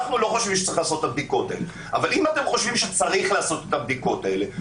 היה בעד הארכת חוק הסמכויות ויצירת המצב הבריאותי המיוחד.